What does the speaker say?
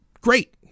Great